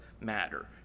matter